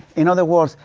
in other words,